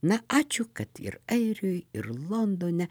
na ačiū kad ir airiui ir londone